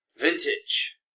Vintage